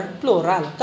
plural